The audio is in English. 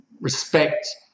respect